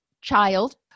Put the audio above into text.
child